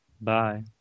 Bye